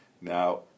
Now